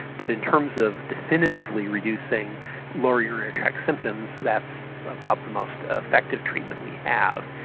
but in terms of definitively reducing lower urinary tract symptoms that's about the most effective treatment we have.